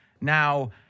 Now